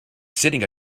sitting